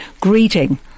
greeting